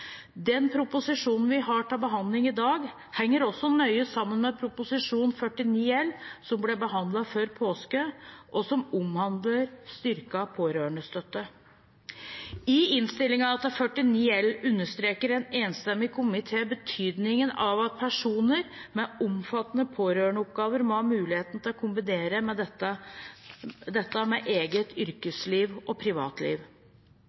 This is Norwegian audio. Den proposisjonen vi har til behandling i dag, henger også nøye sammen med Prp. 49 L for 2016–2017, som ble behandlet før påske, og som omhandler styrket pårørendestøtte. I innstillingen til Prp. 49 L understreker en enstemmig komité betydningen av at personer med omfattende pårørendeoppgaver må ha muligheten til å kombinere dette med eget